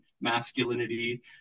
masculinity